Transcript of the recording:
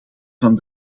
van